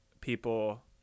people